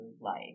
life